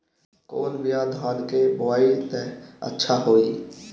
कौन बिया धान के बोआई त अच्छा होई?